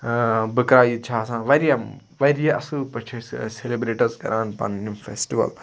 بکرا عیٖد چھِ آسان واریاہ واریاہ اصل پٲٹھۍ چھِ أسۍ سیٚلِبریٹ حظ کَران پَنٕنۍ یِم فیٚسٹول